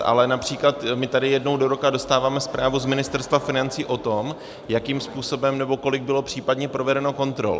Ale například my tady jednou do roka dostáváme zprávu z Ministerstva financí o tom, jakým způsobem nebo kolik bylo případně provedeno kontrol.